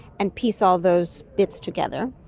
and piece all those bits together,